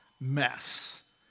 mess